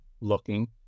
looking